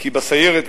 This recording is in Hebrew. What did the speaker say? כי בסיירת,